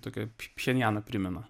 tokia pchenjaną primena